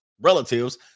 relatives